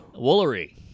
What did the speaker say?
Woolery